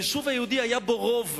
היישוב היהודי היה בו רוב,